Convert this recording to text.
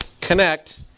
connect